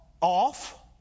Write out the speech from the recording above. off